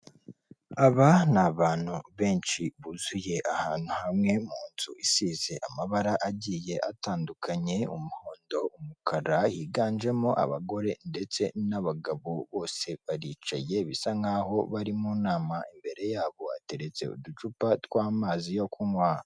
Aba ni abantu benshi buzuye ahantu hamwe mu nzu isize amabara agiye atandukanye, umuhondo, umukara, biganjemo abagore ndetse n'abagabo bose baricaye bisa nk'aho bari mu nama. Imbere yabo hateretse uducupa tw'amazi yo kunywa.